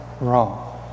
wrong